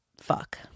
Fuck